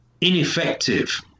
ineffective